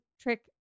trick